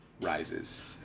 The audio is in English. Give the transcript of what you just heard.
Rises